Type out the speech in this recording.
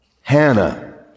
Hannah